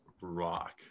rock